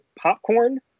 popcorn